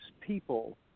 people